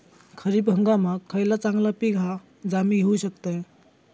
खरीप हंगामाक खयला चांगला पीक हा जा मी घेऊ शकतय?